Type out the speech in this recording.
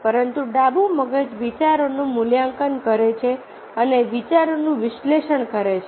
પરંતુ ડાબું મગજ વિચારોનું મૂલ્યાંકન કરે છે અને વિચારોનું વિશ્લેષણ કરે છે